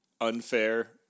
unfair